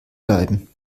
bleiben